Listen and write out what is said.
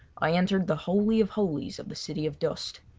i entered the holy of holies of the city of dust.